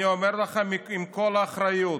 אני אומר לכם עם כל האחריות,